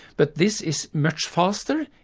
but this is much faster,